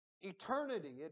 eternity